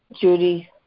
Judy